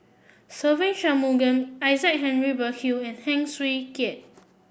Se Ve Shanmugam Isaac Henry Burkill and Heng Swee Keat